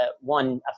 one